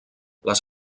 les